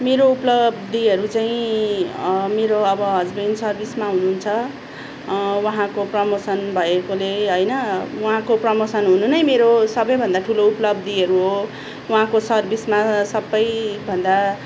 मेरो उपलब्धिहरू चाहिँ मेरो अब हज्बेन्ड सर्भिसमा हुनुहुन्छ उहाँको प्रमोसन भएकोले होइन उहाँको प्रमोसन हुनु नै मेरो सबैभन्दा ठुलो उपलब्धिहरू हो उहाँको सर्भिसमा सबैभन्दा